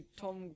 Tom